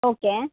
okay